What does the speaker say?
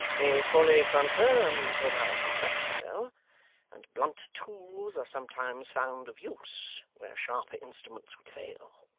he fully confirms what i suspected, though and blunt tools are sometimes found of use, where sharper instruments would fail.